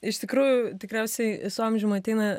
iš tikrųjų tikriausiai su amžium ateina